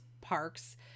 parks